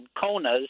Kona's